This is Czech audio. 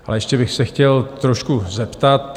Ale ještě bych se chtěl trošku zeptat.